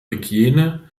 hygiene